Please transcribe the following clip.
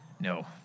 No